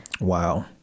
Wow